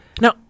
Now